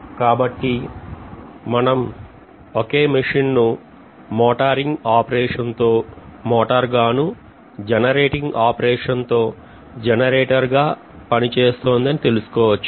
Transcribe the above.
కాబట్టి మనం ఒకే మెషిన్ ను మోటోరింగ్ ఆపరేషన్ తో మోటార్ గానూ జనరేటింగ్ ఆపరేషన్ తో జనరేటర్ గా పనిచేస్తుందని తెలుసుకోవచ్చు